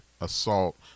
assault